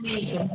ம் ஓகே